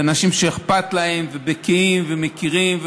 של אנשים שאכפת להם ובקיאים ומכירים.